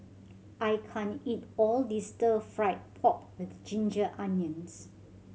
I can't eat all this Stir Fried Pork With Ginger Onions